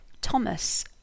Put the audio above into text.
Thomas